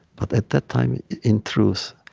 but at that time, in truth,